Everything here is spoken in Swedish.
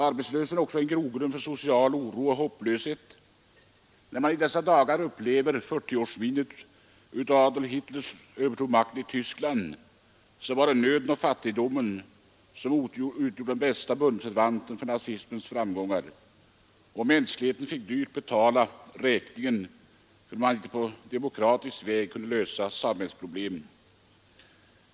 Arbetslösheten är en grogrund för social oro och hopplöshet. Det är i dessa dagar 40 år sedan Adolf Hitler övertog makten i Tyskland. Nöden och fattigdomen utgjorde nazismens bästa bundsförvanter och var orsaken till dess framgångar. Mänskligheten fick dyrt betala att man inte på demokratisk väg kunde lösa samhällsproblemen.